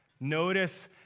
Notice